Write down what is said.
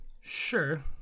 sure